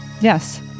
Yes